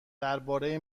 درباره